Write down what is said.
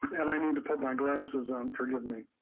and i need to put my glasses on pretty of me.